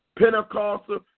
Pentecostal